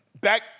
back